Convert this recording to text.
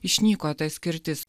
išnyko ta skirtis